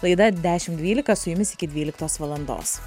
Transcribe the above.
laida dešimt dvylika su jumis iki dvyliktos valandos